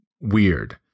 weird